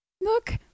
Look